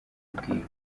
kubwirwa